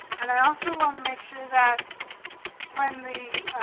and i also want to make sure that when the